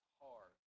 hard